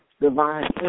divine